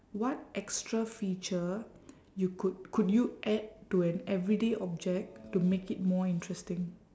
what extra feature you could could you add to an everyday object to make it more interesting